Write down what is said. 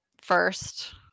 first